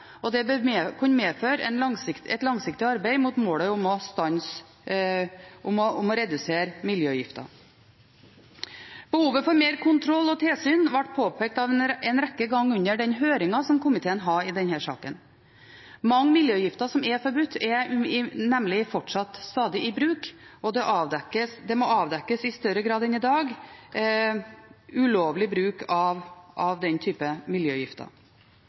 for mer kontroll og tilsyn ble påpekt en rekke ganger under den høringen som komiteen hadde i denne saken. Mange miljøgifter som er forbudt, er nemlig fortsatt i stadig bruk, og det må i større grad enn i dag avdekkes ulovlig bruk av den type miljøgifter.